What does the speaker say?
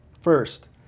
First